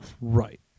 right